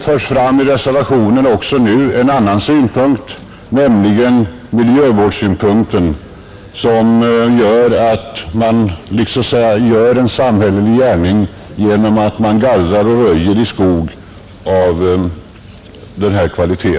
5 I reservationen framförs nu också miljövårdssynpunkten; skogsägaren gör en samhällelig insats genom att gallra och röja i skog av denna kvalitet.